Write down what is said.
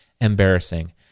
embarrassing